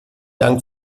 dank